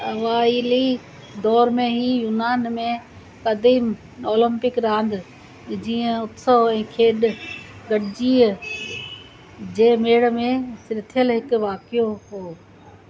अवाइली दौर में ई यूनान में क़दीमु ओलंपिक रांदि जीअं उत्सव ऐं खेॾ गॾिजाणीअ जे मेड़ में रिथियलु हिकु वाक़ियो हो